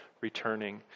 returning